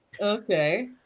okay